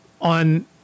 On